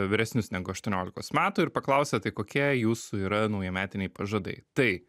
vyresnius negu aštuoniolikos metų ir paklausė tai kokie jūsų yra naujametiniai pažadai tai